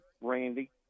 Randy